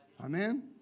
Amen